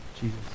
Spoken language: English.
Jesus